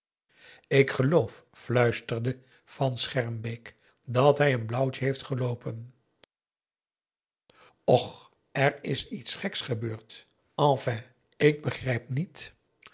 ik geloof fluisterde van schermbeek dat hij een blauwtje heeft geloopen och er is iets geks gebeurd enfin ik begrijp niet